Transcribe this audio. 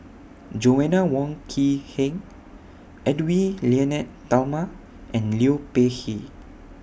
Joanna Wong Quee Heng Edwy Lyonet Talma and Liu Peihe